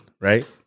Right